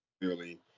clearly